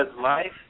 life